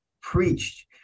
preached